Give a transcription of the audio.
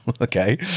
Okay